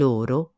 Loro